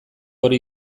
hori